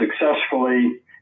successfully